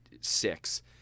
six